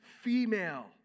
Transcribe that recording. female